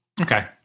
Okay